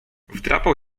wdrapał